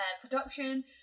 production